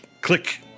click